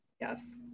Yes